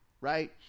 right